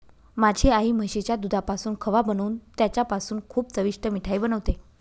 माझी आई म्हशीच्या दुधापासून खवा बनवून त्याच्यापासून खूप चविष्ट मिठाई बनवते